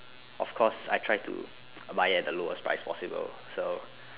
of course I try to buy it at the lowest price possible so